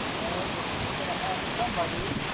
and we're gonna have somebody